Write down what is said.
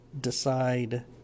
decide